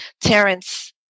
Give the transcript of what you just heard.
Terrence